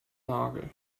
nagel